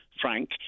Frank